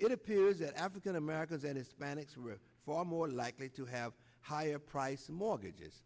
it appears that african americans and hispanics were far more likely to have higher priced mortgages